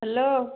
hello